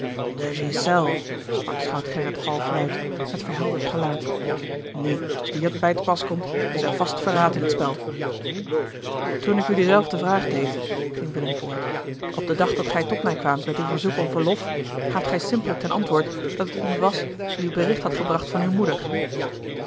de ghiselles sprak schout gerrit halfluid met verhelderd gelaat nu als die er bij te pas komt is er vast verraad in t spel toen ik u die zelfde vraag deed ging willem voort op den dag dat gij tot mij kwaamt met uw verzoek om verlof gaaft gij simpellijk ten antwoord dat het iemand was die u bericht had gebracht van uwe moeder